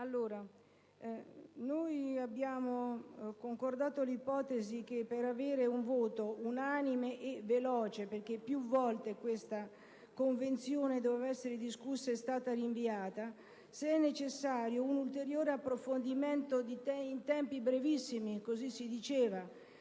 noi abbiamo concordato con l'ipotesi secondo cui, per avere un voto unanime e veloce, perché più volte questa Convenzione doveva essere discussa ed è stata rinviata, sia necessario un ulteriore approfondimento in tempi brevissimi - così si diceva